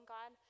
God